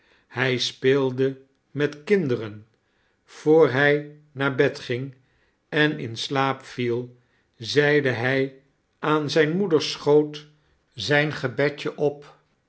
hij speelde met kinderen voor hij naar bed ging en in slaap viel zeide hij aan zijn moeders schoot zijn gebedje op